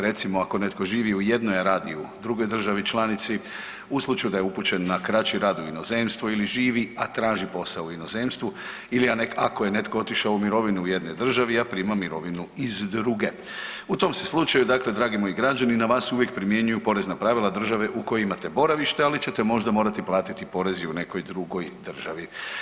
Recimo ako netko živi u jednoj, a radi u drugoj državi članici, u slučaju da je upućen na kraći rad u inozemstvo ili živi, a traži posao u inozemstvu ili ako je netko otišao u mirovinu u jednoj državi a prima mirovinu iz druge u tom se slučaju dakle dragi moji građani na vas uvijek primjenjuju porezna pravila države u kojoj imate boravište, ali ćete možda morati platiti porez i u nekoj drugoj državi.